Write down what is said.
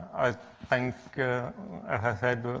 i think, as i said,